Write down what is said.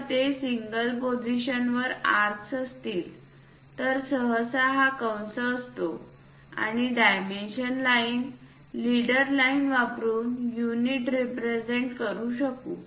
जर ते सिंगल पोझिशन्सवर आर्क्स असतील तर सहसा हा कंस असतो आपण डायमेंशन लाइन लीडर लाईन वापरुन युनिट्स रिप्रेझेंट करू शकू